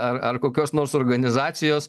ar ar kokios nors organizacijos